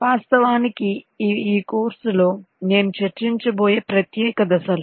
వాస్తవానికి ఇవి ఈ కోర్సులో నేను చర్చించబోయే ప్రత్యే క దశలు